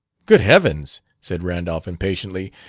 good heavens! said randolph impatiently.